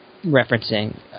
referencing